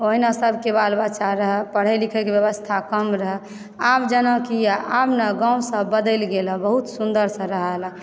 ओहिना सभके बाल बच्चा रहय पढ़य लिखयके व्यवस्था कम रहय आब जेनाकि आब न गाँवसभ बदलि गेल हँ बहुत सुन्दरसँ रहल